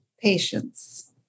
patience